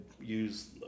use